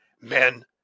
Men